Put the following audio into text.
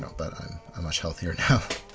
so but i'm much healthier now.